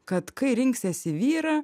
kad kai rinksiesi vyrą